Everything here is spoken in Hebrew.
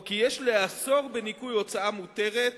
או כי יש לאסור בניכוי הוצאה מותרת,